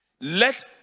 let